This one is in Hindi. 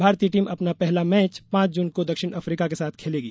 भारतीय टीम अपना पहला मैच पांच जून को दक्षिण अफ्रीका के साथ खेलेगी